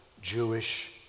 Jewish